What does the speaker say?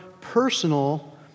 personal